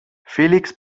felix